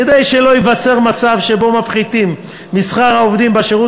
כדי שלא ייווצר מצב שבו מפחיתים משכר העובדים בשירות